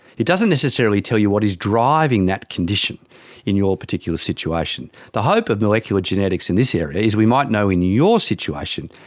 it doesn't necessarily tell you what is driving that condition in your particular situation. the hope of molecular genetics in this area is we might know in your situation,